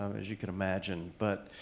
um as you can imagine. but